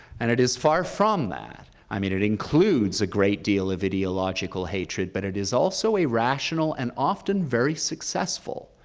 and it is far from that. i mean it includes a great of ideological hatred, but it is also a rational and often very successful,